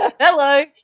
hello